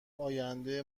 آینده